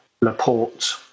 Laporte